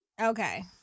Okay